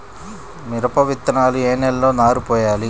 మిరప విత్తనాలు ఏ నెలలో నారు పోయాలి?